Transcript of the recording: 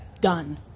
done